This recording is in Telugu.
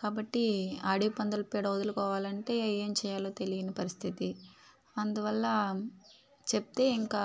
కాబట్టి అడవి పందుల పీడ వదులుకోవాలంటే ఏం చేయాలో తెలియని పరిస్థితి అందువల్ల చెప్తే ఇంకా